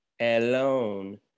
alone